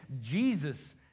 Jesus